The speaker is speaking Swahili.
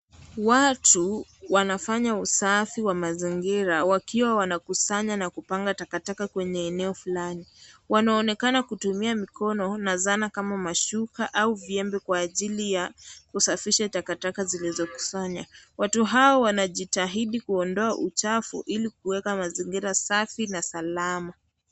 Watu wanafanya usafi wa mazingira wakiwa wanakusanya na kupanga takataka kwenye eneo fulani. Wanaonekana kutumia mikono na zana kama mashuka au vyembe kwa ajili ya kusafisha takataka zilizokusanya. Watu hao wanajitahidi kuondoa uchafu ili kuweka mazingira safi na salama.